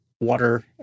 water